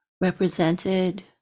represented